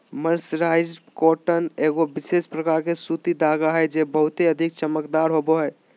mercerised cotton एगो विशेष प्रकार के सूती धागा हय जे बहुते अधिक चमकदार होवो हय